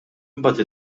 imbagħad